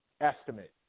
estimate